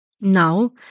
Now